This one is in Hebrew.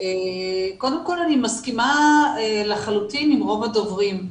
קודם כל אני מסכימה לחלוטין עם רוב הדוברים.